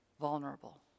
vulnerable